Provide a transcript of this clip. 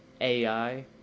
AI